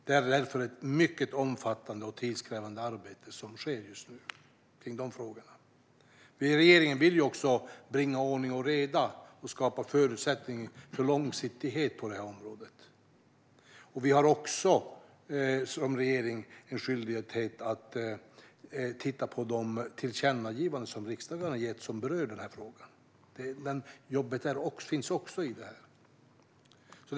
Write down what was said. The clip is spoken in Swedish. Det är därför ett mycket omfattande och tidskrävande arbete som just nu sker om de frågorna. Vi i regeringen vill bringa ordning och reda och skapa förutsättningar för långsiktighet på området. Vi har också som regering en skyldighet att titta på tillkännagivanden som riksdagen har gett som berör frågan. Det jobbet finns också i detta.